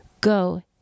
Go